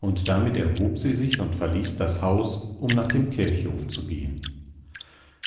und damit erhob sie sich und verließ das haus um nach dem kirchhof zu gehen